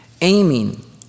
aiming